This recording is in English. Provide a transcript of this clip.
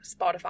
spotify